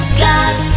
glass